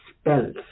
spells